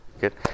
Good